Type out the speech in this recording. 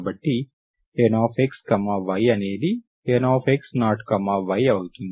కాబట్టి Nxy అనేది Nx0y అవుతుంది